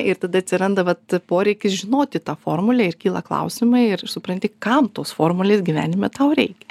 ir tada atsiranda vat poreikis žinoti tą formulę ir kyla klausimai ir supranti kam tos formulės gyvenime tau reikia